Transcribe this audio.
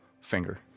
finger